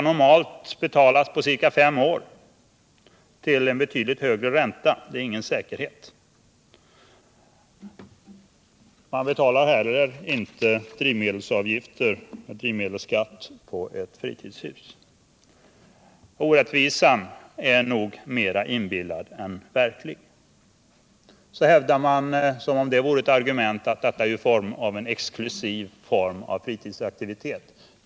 Normalt skall den betalas på ca fem år, och räntan är betydligt högre. Båten är ingen säkerhet. Man betalar inte drivmedelsskatt på ctt fritidshus. Orättvisan är nog mera inbillad än verklig. Vidare hävdar man, som om det vore ett argument, att båtliv är en exklusiv form av fritidsaktivitet.